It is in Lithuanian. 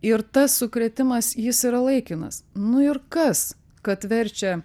ir tas sukrėtimas jis yra laikinas nu ir kas kad verčia